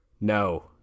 No